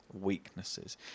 weaknesses